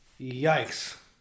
Yikes